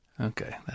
Okay